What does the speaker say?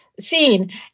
seen